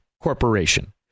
Corporation